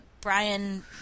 Brian